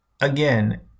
Again